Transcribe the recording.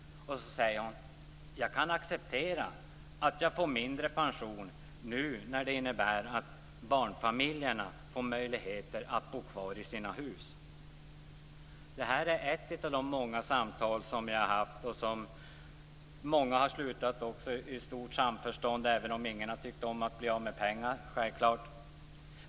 Sedan sade hon: Jag kan acceptera att jag får mindre pension nu när det innebär att barnfamiljerna får möjligheter att bo kvar i sina hus. Det här är ett av många samtal jag haft. Många har slutat i stort samförstånd, även om ingen har tyckt om att bli av med pengar - självklart.